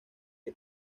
que